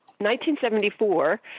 1974